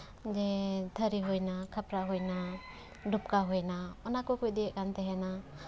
ᱡᱮ ᱛᱷᱟᱹᱨᱤ ᱦᱩᱭᱱᱟ ᱠᱷᱟᱯᱨᱟ ᱦᱩᱭᱱᱟ ᱰᱚᱠᱠᱟ ᱦᱩᱭᱱᱟ ᱚᱱᱟ ᱠᱚᱠᱚ ᱤᱫᱤᱭᱮᱜ ᱠᱟᱱ ᱛᱟᱦᱮᱱᱟ